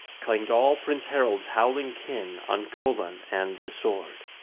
clanged all prince harold's howling kin on colan and the sword.